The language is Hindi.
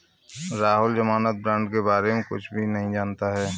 राहुल ज़मानत बॉण्ड के बारे में कुछ भी नहीं जानता है